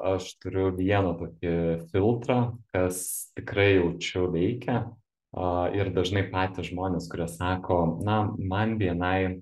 aš turiu vieną tokį filtrą kas tikrai jaučiu veikia a ir dažnai patys žmonės kurie sako na man bni